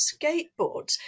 skateboards